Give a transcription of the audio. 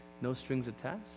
no-strings-attached